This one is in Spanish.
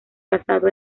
basado